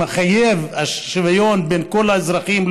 שמחייב שוויון בין כל האזרחים,